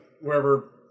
wherever